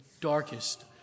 darkest